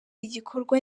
igikorwa